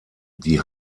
die